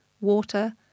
water